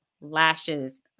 lashes